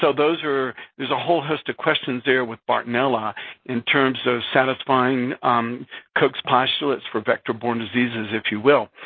so those are, there's a whole host of questions there with bartonella in terms of satisfying koch's postulates for vector-borne diseases, if you will.